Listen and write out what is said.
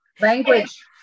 language